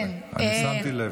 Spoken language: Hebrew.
אני שמתי לב.